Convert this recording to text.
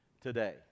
today